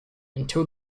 until